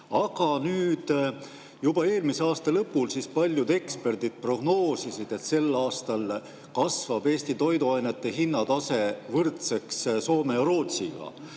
Aga juba eelmise aasta lõpul paljud eksperdid prognoosisid, et sel aastal kasvab Eesti toiduainete hinnatase võrdseks Soome ja Rootsi